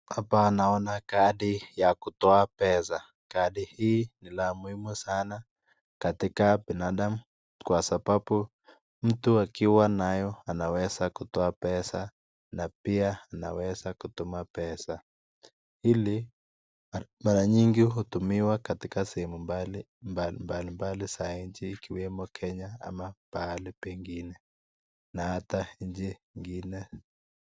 Hapa naona kadi ya kutoa pesa, kadi hii ni la muhimu sana katika binadamu kwa sababu mtu akiwa nayo anaweza kutoa pesa na pia anaweza kutuma pesa ili mara nyingi huweza kutumiwa simu mbaki mbali ikowemo Kenya, ama pahali pengine na hata nchi ingine.